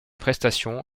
prestation